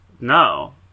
no